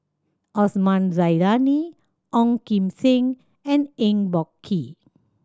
Osman Zailani Ong Kim Seng and Eng Boh Kee